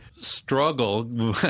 struggle